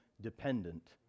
dependent